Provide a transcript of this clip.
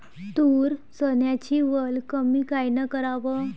तूर, चन्याची वल कमी कायनं कराव?